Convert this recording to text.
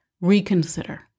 reconsider